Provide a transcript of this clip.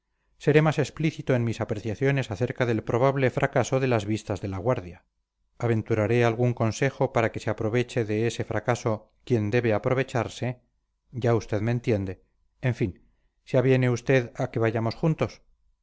seré más explícito en mis apreciaciones acerca del probable fracaso de las vistas de la guardia aventuraré algún consejo para que se aproveche de ese fracaso quien debe aprovecharse ya usted me entiende en fin se aviene usted a que vayamos juntos